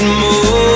more